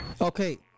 Okay